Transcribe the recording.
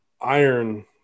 iron